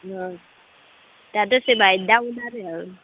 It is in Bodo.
अ दा दसे बाहाय डाउन आरो